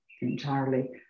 entirely